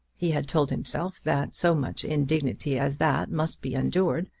he had told himself that so much indignity as that must be endured.